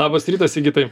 labas rytas sigitai